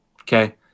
Okay